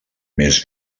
més